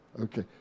okay